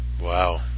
Wow